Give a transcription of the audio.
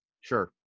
Sure